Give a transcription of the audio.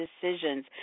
decisions